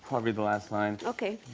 i'll read the last line. okay.